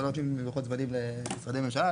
אבל לא נותנים לוחות זמנים למשרדי ממשלה,